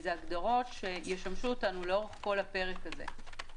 אלה הגדרות שישמשו אותנו לאורך כל הפרק הזה.